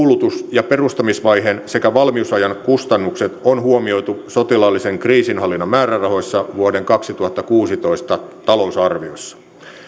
ja perustamisvaiheen sekä valmiusajan kustannukset on huomioitu sotilaallisen kriisinhallinnan määrärahoissa vuoden kaksituhattakuusitoista talousarviossa